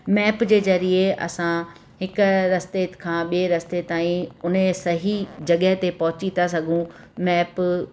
map जे ज़रिए असां हिकु रस्ते खां ॿिए रस्ते ताईं उन सही जॻह ते पहुची था सघूं मैप